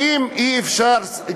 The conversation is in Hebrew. האם אי-אפשר,